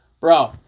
bro